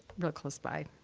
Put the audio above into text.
real close by.